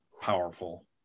powerful